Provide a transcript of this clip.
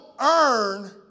earn